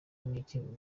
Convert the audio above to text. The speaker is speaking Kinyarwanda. n’ikibi